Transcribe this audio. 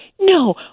no